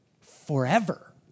forever